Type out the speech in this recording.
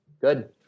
good